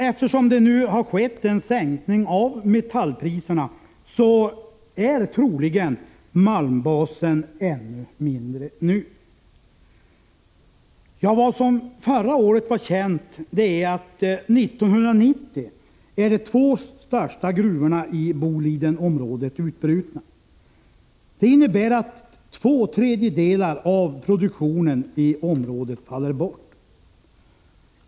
Eftersom det har skett en sänkning av metallpriserna är troligen malmbasen ännu mindre nu. Vad som förra året var känt är att år 1990 är de två största gruvorna i Bolidenområdet utbrutna. Det innebär att två tredjedelar av produktionen i området faller bort.